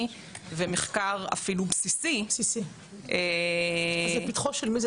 ומחקר אפילו בסיסי- -- אז לפתחו של מי זה?